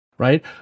Right